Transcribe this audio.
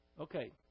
Okay